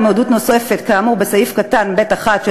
או מעדות נוספות כאמור בסעיף קטן (ב)(1),